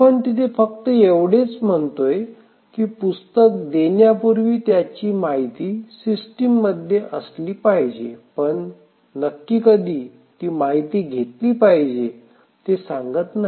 आपण तिथे फक्त एवढेच म्हणतोय की पुस्तक देण्यापूर्वी त्याची माहिती सिस्टीम मध्ये असली पाहिजे पण नक्की कधी ती माहिती घातली पाहिजे ते सांगत नाही